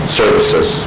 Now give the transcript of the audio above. services